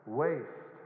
waste